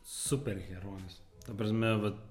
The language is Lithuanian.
superherojus ta prasme vat